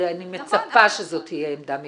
ואני מצפה שזו תהיה עמדה מקצועית.